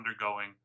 undergoing